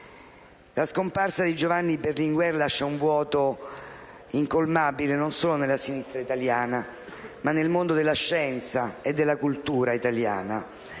La scomparsa di Giovanni Berlinguer lascia un vuoto incolmabile non solo nella sinistra italiana, ma nel mondo della scienza e della cultura italiana.